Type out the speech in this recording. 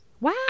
Wow